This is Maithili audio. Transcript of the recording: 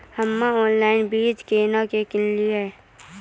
हम्मे ऑनलाइन बीज केना के किनयैय?